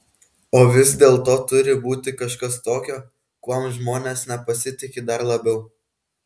o vis dėlto turi būti kažkas tokio kuom žmonės nepasitiki dar labiau